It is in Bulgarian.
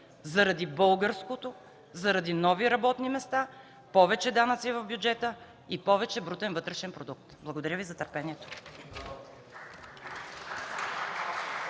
заради българското, заради нови работни места, повече данъци в бюджета и повече брутен вътрешен продукт. Благодаря Ви за търпението.